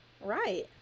Right